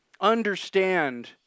understand